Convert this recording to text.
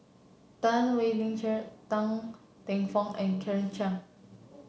Chan Wei Ling Cheryl Teng Fong and Claire Chiang